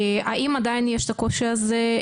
האם עדיין יש את הקושי הזה?